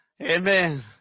Amen